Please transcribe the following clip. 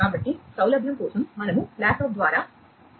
కాబట్టి సౌలభ్యం కోసం మనము ల్యాప్టాప్ ద్వారా కనెక్ట్ చేసాము